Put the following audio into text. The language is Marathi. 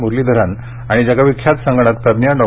म्रलीधरन आणि जगविख्यात संगणकतज्ञ डॉ